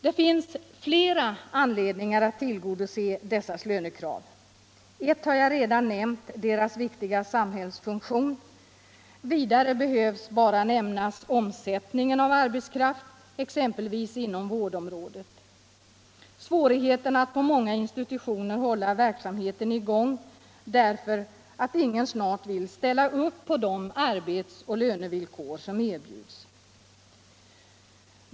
Det finns flera anledningar att tillgodose dessa gruppers lönekrav. En har jag redan nämnt: deras viktiga samhällsfunktion. Vidare behöver man bara nämna omsättningen av arbetskraft exempelvis inom vårdområdet och svårigheten att på många institutioner hålla verksamheten i gång därför att snart ingen vill ställa upp på de arbetsoch lönevillkor som erbjuds.